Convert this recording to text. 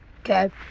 okay